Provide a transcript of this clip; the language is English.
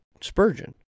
Spurgeon